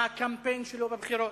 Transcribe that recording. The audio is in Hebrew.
מה הקמפיין שלו בבחירות,